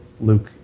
Luke